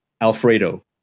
Alfredo